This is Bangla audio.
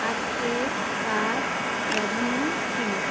আজকের কাজ জঘন্য ছিলো